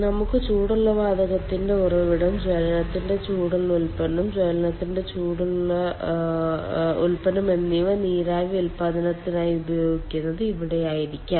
നമുക്ക് ചൂടുള്ള വാതകത്തിന്റെ ഉറവിടം ജ്വലനത്തിന്റെ ചൂടുള്ള ഉൽപ്പന്നം ജ്വലനത്തിന്റെ ചൂടുള്ള ഉൽപ്പന്നം എന്നിവ നീരാവി ഉൽപാദനത്തിനായി ഉപയോഗിക്കുന്നത് ഇവിടെയായിരിക്കാം